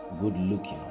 good-looking